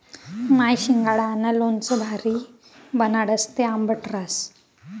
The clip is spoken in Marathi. माय शिंगाडानं लोणचं भारी बनाडस, ते आंबट रहास